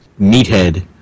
Meathead